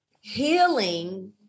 healing